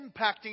impacting